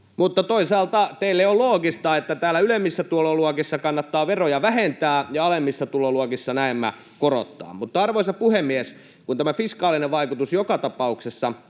Mutta toisaalta teille on loogista, että täällä ylemmissä tuloluokissa kannattaa veroja vähentää ja alemmissa tuloluokissa näemmä korottaa. Arvoisa puhemies! Kun tämä fiskaalinen vaikutus joka tapauksessa